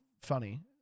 funny